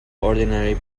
ordinary